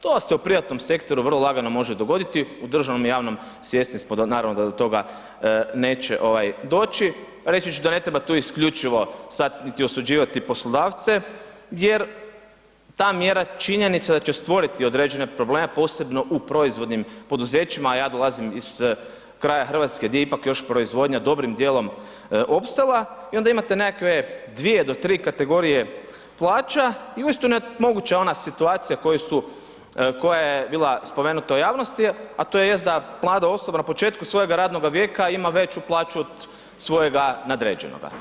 To se u privatnom sektoru vrlo lagano može dogoditi, u državnom i javnom svjesni smo da naravno da do toga neće doći, reći ću da ne treba tu isključivo sad niti osuđivati poslodavce jer ta mjera je činjenica da će stvoriti određene probleme posebno u proizvodnim poduzećima a ja dolazim iz kraja Hrvatske di je ipak još proizvodnja dobrim djelom opstala i onda imate nekakve dvije do tri kategorije plaća i uistinu je moguća ona situacija koja je bila spomenuta u javnosti a to jest da mlada osoba na početku svojega radnoga vijeka ima veću plaću od svojega nadređenoga.